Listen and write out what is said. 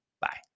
Bye